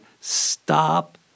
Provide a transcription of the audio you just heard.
Stop